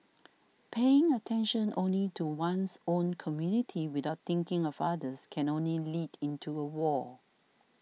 paying attention only to one's own community without thinking of others can only lead into a wall